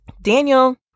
daniel